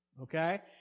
Okay